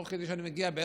ותוך כדי שאני מגיע,